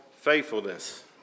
faithfulness